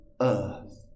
earth